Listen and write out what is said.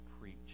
preach